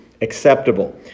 acceptable